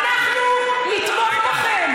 הרגע אמרתי, אנחנו נתמוך בכם.